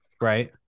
Right